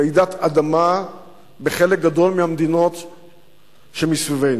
רעידת אדמה בחלק גדול מהמדינות סביבנו.